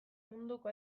munduko